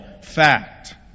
fact